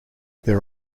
there